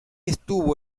estuvo